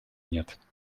нет